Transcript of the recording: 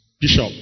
Bishop